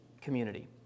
community